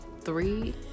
three